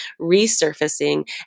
resurfacing